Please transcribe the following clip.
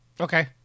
okay